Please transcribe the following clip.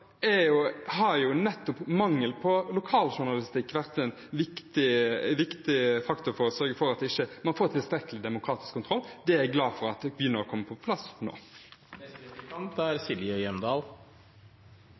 har jo nettopp mangel på lokaljournalistikk vært en viktig faktor for at man ikke får tilstrekkelig demokratisk kontroll. Det er jeg glad for begynner å komme på plass nå.